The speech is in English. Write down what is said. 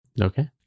Okay